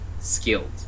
skilled